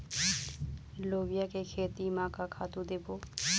लोबिया के खेती म का खातू देबो?